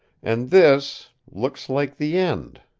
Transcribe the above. and this looks like the end.